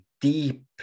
deep